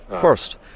First